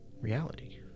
reality